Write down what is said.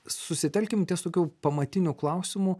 susitelkim ties tokiu pamatiniu klausimu